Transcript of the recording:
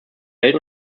geld